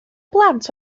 blant